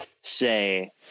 say